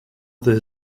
there